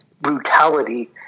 brutality